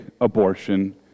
abortion